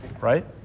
right